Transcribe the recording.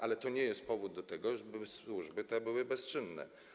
Ale to nie jest powód do tego, żeby służby te były bezczynne.